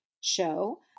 show